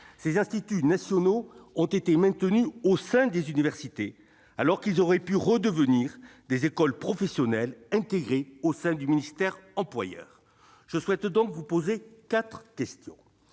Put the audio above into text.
Ces instituts nationaux ont été maintenus au sein des universités, alors qu'ils auraient pu redevenir des écoles professionnelles intégrées au sein du ministère employeur. Je souhaite donc vous poser quatre questions.